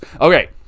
Okay